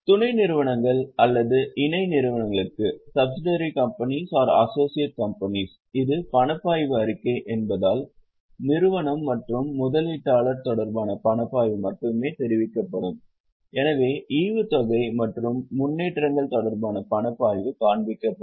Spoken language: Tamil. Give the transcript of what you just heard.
இப்போது துணை நிறுவனங்கள் அல்லது இணை நிறுவனங்களுக்கு இது பணப்பாய்வு அறிக்கை என்பதால் நிறுவனம் மற்றும் முதலீட்டாளர் தொடர்பான பணப்பாய்வு மட்டுமே தெரிவிக்கப்படும் எனவே ஈவுத்தொகை மற்றும் முன்னேற்றங்கள் தொடர்பான பணப்பாய்வு காண்பிக்கப்படும்